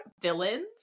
villains